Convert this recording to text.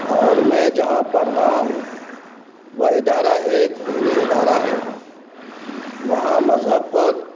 اور میں جہاں پڑھ رہا ہوں وہ ادارہ ایک دینی ادارہ ہے وہاں مذہب پر